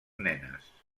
nenes